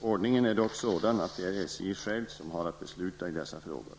Ordningen är dock sådan att det är SJ självt som har att besluta i dessa frågor.